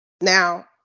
Now